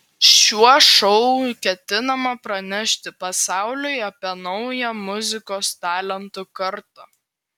šiuo šou ketinama pranešti pasauliui apie naują muzikos talentų kartą